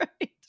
right